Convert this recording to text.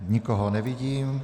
Nikoho nevidím.